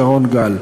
שרון גל.